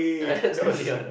like that only or not